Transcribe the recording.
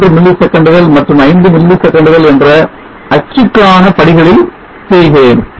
01 மில்லி செகண்டுகள் மற்றும் 5 மில்லி செகண்டுகள் என்ற அச்சுக்கான படிகளில் செய்கிறேன்